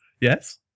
Yes